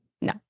No